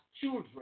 children